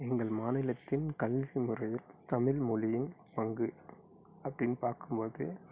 எங்கள் மாநிலத்தின் கல்வி முறையில் தமிழ்மொழியின் பங்கு அப்படின்னு பார்க்கும்போது